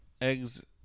Eggs